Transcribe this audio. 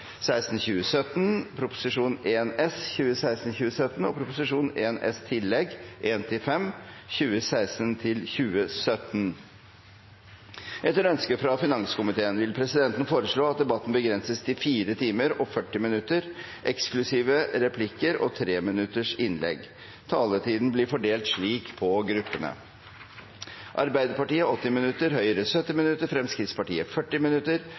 16. Etter ønske fra finanskomiteen vil presidenten foreslå at sakene nr. 1 og 2 behandles under ett. – Det anses vedtatt. Etter ønske fra finanskomiteen vil presidenten foreslå at debatten begrenses til 4 timer og 40 minutter – eksklusiv replikker og 3-minuttersinnlegg. Taletiden blir fordelt slik på gruppene: Arbeiderpartiet 80 minutter, Høyre 70 minutter, Fremskrittspartiet 40 minutter,